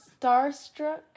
starstruck